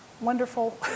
wonderful